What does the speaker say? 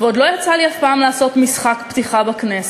ועוד לא יצא לי אף פעם לעשות משחק פתיחה בכנסת,